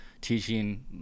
teaching